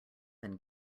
then